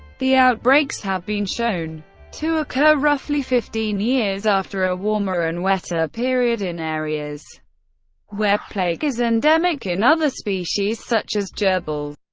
the outbreaks have been shown to occur roughly fifteen years after a warmer and wetter period in areas where plague is endemic in other species such as gerbils.